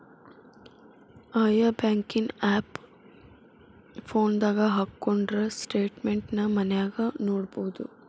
ಆಯಾ ಬ್ಯಾಂಕಿನ್ ಆಪ್ ಫೋನದಾಗ ಹಕ್ಕೊಂಡ್ರ ಸ್ಟೆಟ್ಮೆನ್ಟ್ ನ ಮನ್ಯಾಗ ನೊಡ್ಬೊದು